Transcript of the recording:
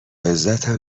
عزتم